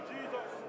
Jesus